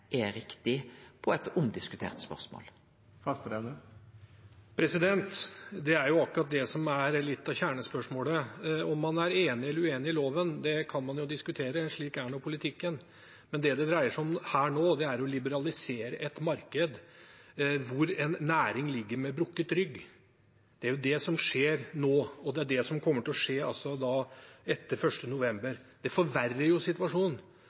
er akkurat det som er litt av kjernespørsmålet. Om man er enig eller uenig i loven, kan man jo diskutere. Slik er politikken. Men det det dreier seg om her nå, er å liberalisere et marked hvor en næring ligger med brukket rygg. Det er jo det som skjer nå, og det er det som kommer til å skje etter 1. november. Det forverrer situasjonen. Når fylkene har en mulighet til å innføre enerettsmodellen, sier de jo selv at de må avvente og vente og se på situasjonen.